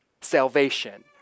Salvation